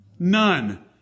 None